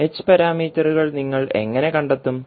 h പാരാമീറ്ററുകൾ നിങ്ങൾ എങ്ങനെ കണ്ടെത്തും